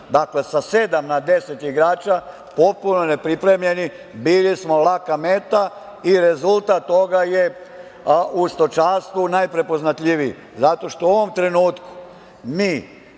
Dakle, sa sedam na 10 igrača, potpuno nepripremljeni, bili smo laka meta i rezultat toga je u stočarstvu najprepoznatljiviji, zato što u ovom trenutku mi